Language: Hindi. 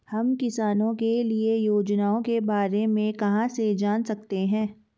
हम किसानों के लिए योजनाओं के बारे में कहाँ से जान सकते हैं?